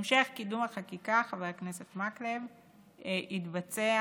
המשך קידום החקיקה, חבר הכנסת מקלב, יתבצע